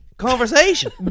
Conversation